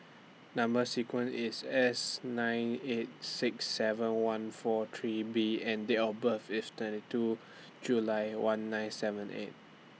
Number sequence IS S nine eight six seven one four three B and Date of birth IS twenty two July one nine seven eight